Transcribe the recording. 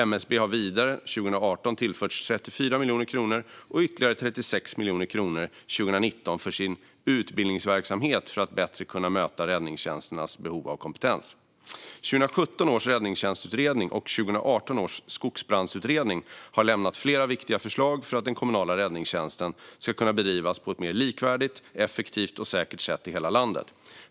MSB har vidare tillförts 34 miljoner kronor 2018 och ytterligare 36 miljoner kronor 2019 för sin utbildningsverksamhet för att bättre kunna möta räddningstjänsternas behov av kompetens. 2017 års räddningstjänstutredning och 2018 års skogsbrandsutredning har lämnat flera viktiga förslag för att den kommunala räddningstjänsten ska kunna bedrivas på ett mer likvärdigt, effektivt och säkert sätt i hela landet.